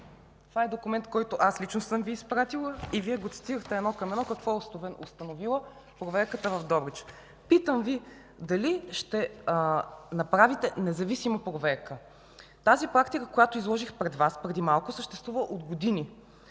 Това е документ, който аз лично съм Ви изпратила и Вие го цитирахте едно към едно какво е установила проверката в Добрич. Питам Ви дали ще направите независима проверка. Тази практика, която изложих пред Вас преди малко, съществува от години